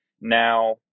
Now